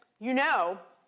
you know,